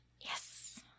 Yes